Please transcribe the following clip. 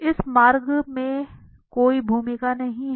इस मार्ग की कोई भूमिका नहीं है